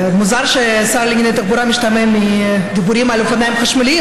זה מוזר ששר לענייני תחבורה משתעמם מדיבורים על אופניים חשמליים,